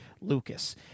Lucas